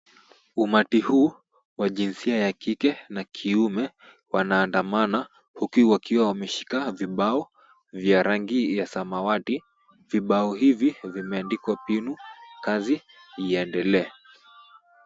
Umati huu wa jinsia ya kike na kiume, wanaandamana, huku wakiwa wameshika vibao, vya rangi ya samawati, vibao hivi vimeandikwa PNU, kazi iendelee.